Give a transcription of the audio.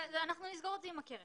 אנחנו נסגור את זה עם הקרן.